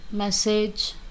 message